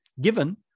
given